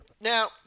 Now